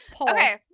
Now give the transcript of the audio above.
Okay